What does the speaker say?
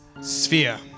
Sphere